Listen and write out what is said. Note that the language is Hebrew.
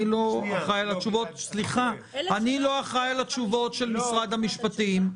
אני לא אחראי על התשובות של משרד המשפטים.